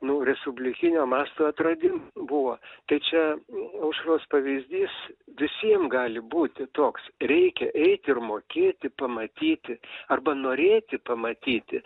nu respublikinio masto atradimas buvo tai čia aušros pavyzdys visiem gali būti toks reikia eiti ir mokėti pamatyti arba norėti pamatyti